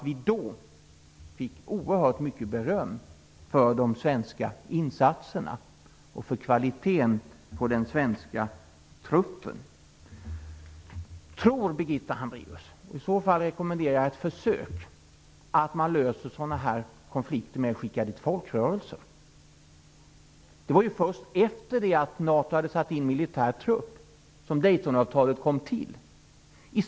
Vi fick då oerhört mycket beröm för de svenska insatserna och för kvaliteten på den svenska truppen. Tror Birgitta Hambraeus - och i så fall rekommenderar jag ett försök - att man löser sådana här konflikter med att skicka dit folkrörelser? Det var ju först efter det att NATO hade satt in militär trupp som Daytonavtalet kom till!